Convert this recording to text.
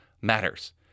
matters